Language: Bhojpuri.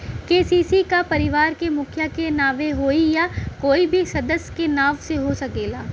के.सी.सी का परिवार के मुखिया के नावे होई या कोई भी सदस्य के नाव से हो सकेला?